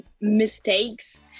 mistakes